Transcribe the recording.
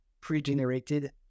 pre-generated